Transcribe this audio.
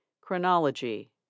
Chronology